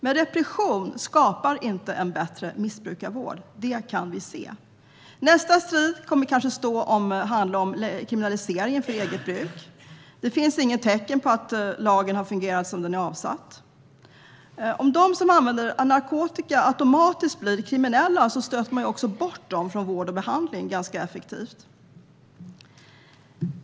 Men repression skapar inte en bättre missbrukarvård. Det kan vi se. Nästa strid kommer kanske att handla om kriminaliseringen av narkotika för eget bruk. Det finns inget tecken på att lagen har fungerat som avsett. Om de som använder narkotika automatiskt blir kriminella stöter man också bort dem ganska effektivt från vård och behandling.